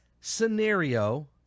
scenario